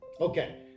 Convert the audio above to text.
Okay